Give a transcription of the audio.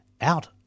out